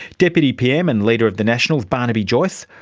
deputy pm and leader of the nationals, barnaby joyce,